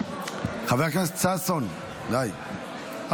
חבר הכנסת ששון גואטה, אל תפריע לשר התקשורת.